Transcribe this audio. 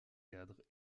cadre